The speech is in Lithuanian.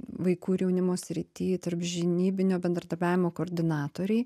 vaikų ir jaunimo srity tarpžinybinio bendradarbiavimo koordinatoriai